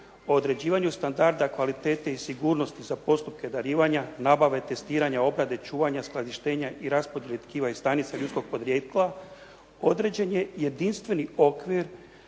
određivanju standarda kvalitete i sigurnosti za postupke darivanja, nabave, testiranje, obrade, čuvanja, skladištenja i raspored tkiva i stanica ljudskog podrijetla određen je jedinstveni okvir